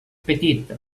petit